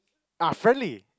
act friendly